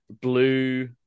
blue